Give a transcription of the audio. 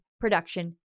production